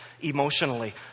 emotionally